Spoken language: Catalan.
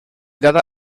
data